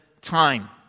time